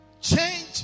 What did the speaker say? Change